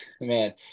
man